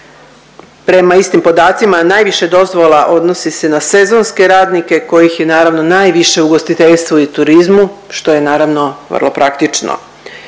Prema istim podacima najviše dozvola odnosi se na sezonske radnike kojih je naravno najviše u ugostiteljstvu i turizmu, što je naravno vrlo praktično.